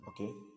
Okay